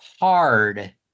hard